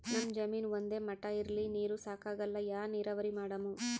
ನಮ್ ಜಮೀನ ಒಂದೇ ಮಟಾ ಇಲ್ರಿ, ನೀರೂ ಸಾಕಾಗಲ್ಲ, ಯಾ ನೀರಾವರಿ ಮಾಡಮು?